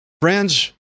Friends